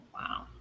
Wow